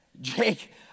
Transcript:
Jake